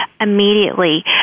immediately